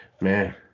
Man